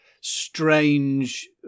strange